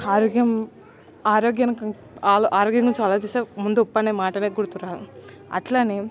ఆరోగ్యం ఆరోగ్యానికి ఆల ఆరోగ్యం గురించి ఆలోచిస్తే ముందు ఉప్పనే మాటనే గుర్తురాదు అట్లానే